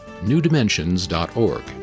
newdimensions.org